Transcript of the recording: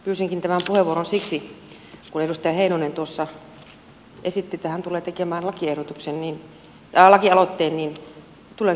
pyysinkin tämän puheenvuoron siksi että edustaja heinonen esitti että hän tulee tekemään lakialoitteen ja tulen kyllä sen allekirjoittamaan